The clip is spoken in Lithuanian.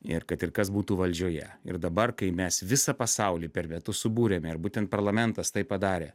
ir kad ir kas būtų valdžioje ir dabar kai mes visą pasaulį per metus subūrėme ir būtent parlamentas tai padarė